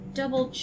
double